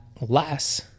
less